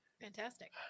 Fantastic